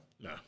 No